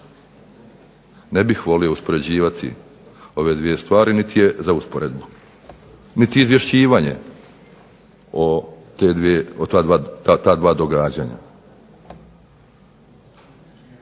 Ne bih volio uspoređivati ove dvije stvari, niti je za usporedbu, niti izvješćivanje o ta dva događanja.